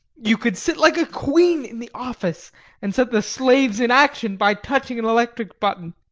you could sit like a queen in the office and set the slaves in action by touching an electric button.